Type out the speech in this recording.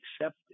accepted